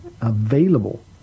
available